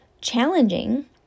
challenging